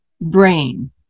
brain